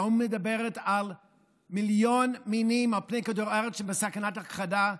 והאו"ם מדבר על מיליון מינים על פני כדור הארץ שנמצאים בסכנת הכחדה,